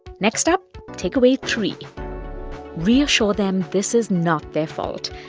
next up, takeaway three reassure them this is not their fault.